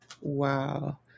Wow